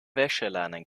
wäscheleinen